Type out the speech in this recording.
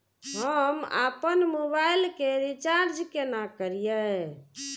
हम आपन मोबाइल के रिचार्ज केना करिए?